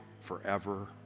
forever